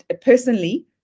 personally